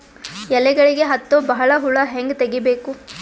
ಎಲೆಗಳಿಗೆ ಹತ್ತೋ ಬಹಳ ಹುಳ ಹಂಗ ತೆಗೀಬೆಕು?